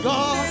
God